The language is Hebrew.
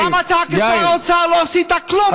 גם אתה כשר האוצר לא עשית כלום שם.